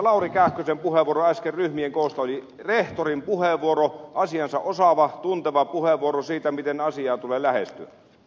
lauri kähkösen äskeinen puheenvuoro ryhmien koosta oli rehtorin puheenvuoro asiansa osaava tunteva puheenvuoro siitä miten asiaa tulee lähestyä